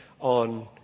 on